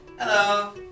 Hello